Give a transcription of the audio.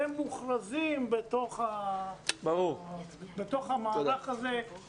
הם מוכרזים בתוך המערך הזה.